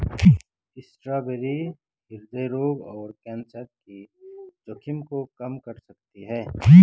strawberry हृदय रोग और कैंसर के जोखिम को कम कर सकती है